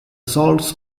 salts